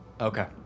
Okay